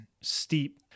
steep